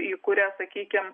į kurias sakykim